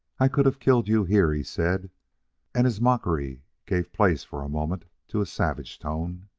i could have killed you here, he said and his mockery gave place for a moment to a savage tone,